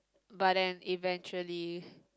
but then eventually